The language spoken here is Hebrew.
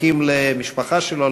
מחכים למשפחה שלו,